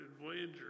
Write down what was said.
Voyager